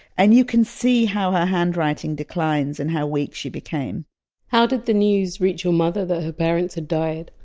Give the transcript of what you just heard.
and you can see how her handwriting declines and how weak she became how did the news reach your mother that her parents had died?